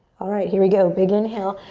alright, here we go, big inhale,